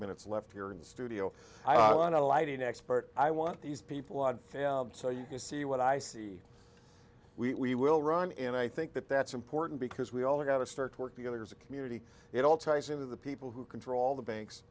minutes left here in the studio i want to lighting expert i want these people on so you can see what i see we will run and i think that that's important because we all got to start work together as a community it all ties in with the people who control the banks